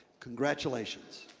congratulations.